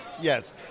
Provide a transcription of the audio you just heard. Yes